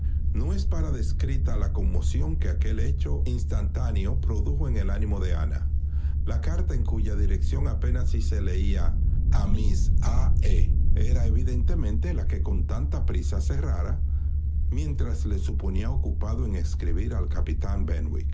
no es para descrita la conmoción que aquel hecho instantáneo produjo en el ánimo de ana la carta en cuya dirección apenas si se leía a miss a e era evidentemente la que con tanta prisa cerrara mientras le suponía ocupado en escribir al capitán